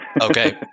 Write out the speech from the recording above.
Okay